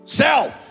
self